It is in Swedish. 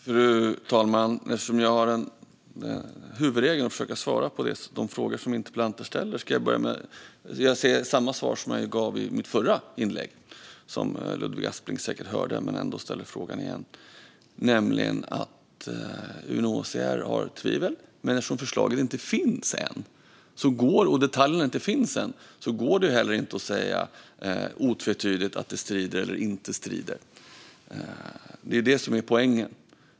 Fru talman! Eftersom jag har som huvudregel att försöka svara på de frågor som interpellanter ställer ska jag ge samma svar som jag gav i mitt förra inlägg. Ludvig Aspling hörde säkert det, men han ställer ändå frågan igen. UNHCR har tvivel. Men eftersom förslaget inte finns än och detaljerna inte finns går det heller inte att säga otvetydigt att det strider eller inte strider mot konventionen. Det är det som är poängen.